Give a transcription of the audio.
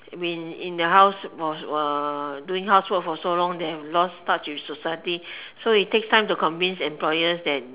when in the house for uh doing housework for so long they have lost touch with society so it takes time to convince employers that